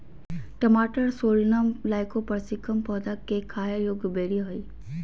टमाटरसोलनम लाइकोपर्सिकम पौधा केखाययोग्यबेरीहइ